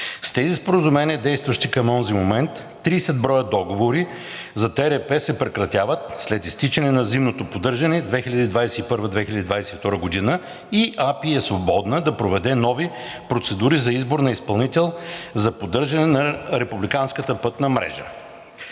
С тези споразумения, действащи към онзи момент, 30 броя договори за ТРП се прекратяват след изтичане на зимното поддържане 2021 – 2022 г. и АПИ е свободна да проведе нови процедури за избор на изпълнител за поддържане на републиканската пътна мрежа.